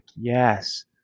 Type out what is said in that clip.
Yes